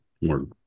more